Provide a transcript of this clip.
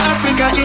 Africa